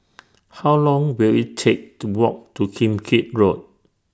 How Long Will IT Take to Walk to Kim Keat Road